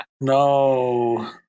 No